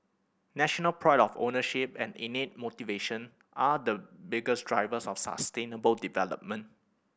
national pride of ownership and innate motivation are the biggest drivers of sustainable development